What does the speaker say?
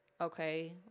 okay